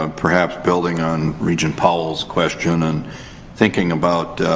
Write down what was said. ah perhaps building on regent powell's question and thinking about